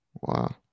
Wow